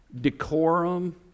decorum